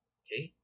okay